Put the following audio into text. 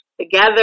together